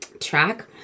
track